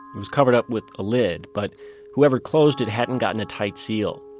it was covered up with a lid, but whoever closed it hadn't gotten a tight seal.